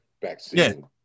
vaccine